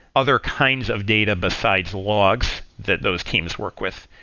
other kinds of data besides logs that those teams work with,